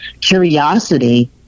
curiosity